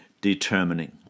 determining